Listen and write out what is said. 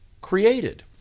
created